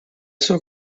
sua